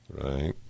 Right